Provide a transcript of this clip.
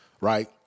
right